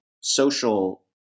social